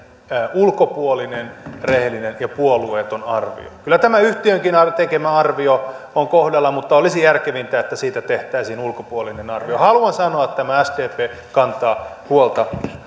ulkopuolinen rehellinen ja puolueeton arvio kyllä tämä yhtiönkin tekemä arvio on kohdallaan mutta olisi järkevintä että siitä tehtäisiin ulkopuolinen arvio ja haluan sanoa että sdp kantaa huolta